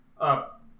up